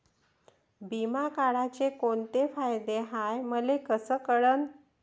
बिमा काढाचे कोंते फायदे हाय मले कस कळन?